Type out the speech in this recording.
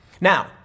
Now